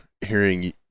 hearing